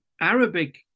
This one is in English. Arabic